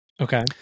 Okay